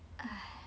!hais!